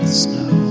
snow